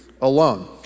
alone